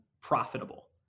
profitable